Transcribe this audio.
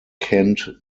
kent